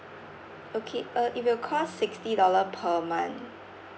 okay uh it will cost sixty dollar per month